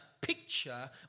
picture